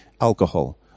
alcohol